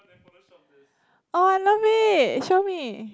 oh I love it show me